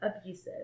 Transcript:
Abusive